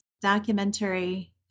documentary